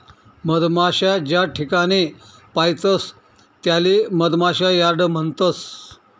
मधमाशा ज्याठिकाणे पायतस त्याले मधमाशा यार्ड म्हणतस